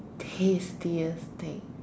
tastiest thing